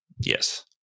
Yes